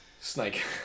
Snake